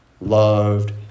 loved